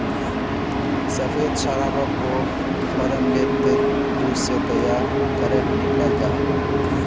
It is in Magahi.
सफ़ेद शराबोक को फेर्मेंतेद जूस से तैयार करेह निक्लाल जाहा